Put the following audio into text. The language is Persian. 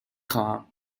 خواهم